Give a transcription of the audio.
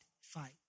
fight